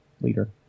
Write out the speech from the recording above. leader